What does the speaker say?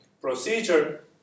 procedure